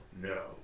No